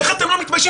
איך אתם לא מתביישים?